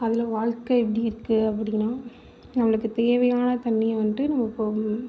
அதில் வாழ்கை எப்படி இருக்கு அப்படினா நம்மளுக்கு தேவையான தண்ணியை வந்ட்டு நம்ப இப்போ